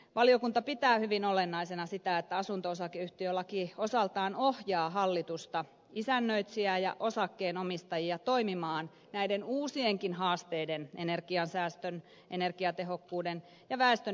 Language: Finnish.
valiokunta pitää hyvin olennaisena sitä että asunto osakeyhtiölaki osaltaan ohjaa hallitusta isännöitsijää ja osakkeenomistajia toimimaan näiden uusienkin haasteiden energiansäästön energiatehokkuuden ja väestön ikääntymisen osalta